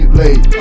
late